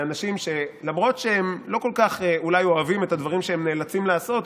לאנשים שאולי לא כל כך אוהבים את הדברים שהם נאלצים לעשות,